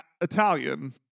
Italian